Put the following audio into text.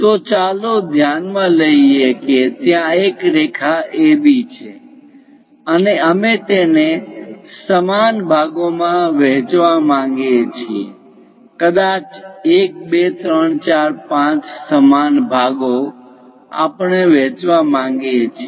તો ચાલો ધ્યાનમાં લઈએ કે ત્યાં એક રેખા AB છે અને અમે તેને સમાન ભાગોમાં વહેંચવા માગીએ છીએ કદાચ 1 2 3 4 5 સમાન ભાગો આપણે વહેંચવા માંગીએ છીએ